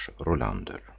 Rolander